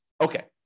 Okay